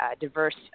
diverse